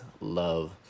love